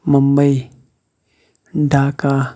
Mumbai Dhaka